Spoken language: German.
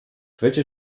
welcher